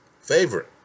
favorite